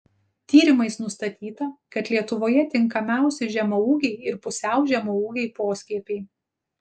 tyrimais nustatyta kad lietuvoje tinkamiausi žemaūgiai ir pusiau žemaūgiai poskiepiai